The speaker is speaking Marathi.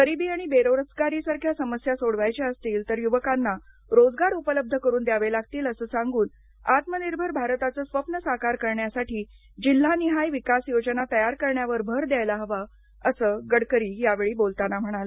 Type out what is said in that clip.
गरीबी आणि बेरोजगारीसारख्या समस्या सोडवायच्या असतील तर युवकांना रोजगार उपलब्ध करून द्यावे लागतील असं सांगून आत्मनिर्भर भारताचं स्वप्न साकार करण्यासाठी जिल्हानिहाय विकास योजना तयार करण्यावर भर द्यायला हवा असं गडकरी यावेळी बोलताना म्हणाले